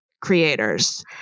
creators